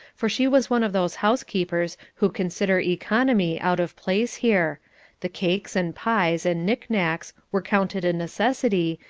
for she was one of those housekeepers who consider economy out of place here the cakes and pies and knick-knacks were counted a necessity,